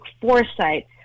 foresight